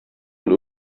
und